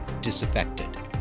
disaffected